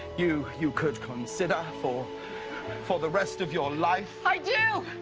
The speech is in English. you you could consider for for the rest of your life. i do.